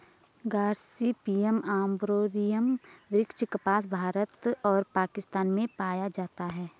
Gossypium arboreum वृक्ष कपास, भारत और पाकिस्तान में पाया जाता है